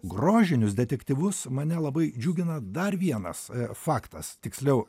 grožinius detektyvus mane labai džiugina dar vienas faktas tiksliau